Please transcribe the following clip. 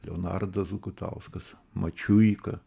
leonardas gutauskas mačiuika